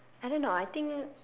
I don't know I think